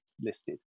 listed